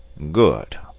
good!